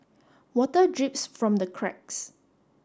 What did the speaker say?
water drips from the cracks